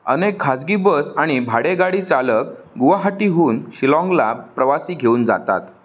अनेक खाजगी बस आणि भाडे गाडी चालक गुवाहाटीहून शिलाँगला प्रवासी घेऊन जातात